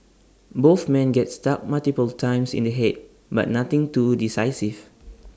both man get struck multiple times in the Head but nothing too decisive